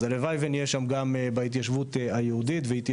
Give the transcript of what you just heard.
אז הלוואי ונהיה שם גם בהתיישבות היהודית והיא תהיה